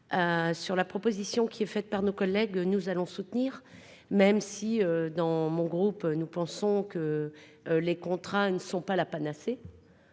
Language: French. sur la proposition qui est faite par nos collègues, nous allons soutenir, même si dans mon groupe, nous pensons que les contrats ne sont pas la panacée,